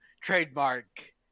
trademark